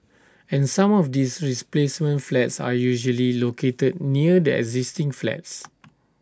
and some of these replacement flats are usually located near the existing flats